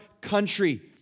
country